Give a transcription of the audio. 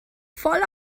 voll